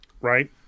Right